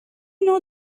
know